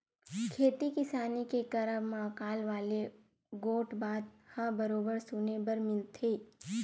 खेती किसानी के करब म अकाल वाले गोठ बात ह बरोबर सुने बर मिलथे ही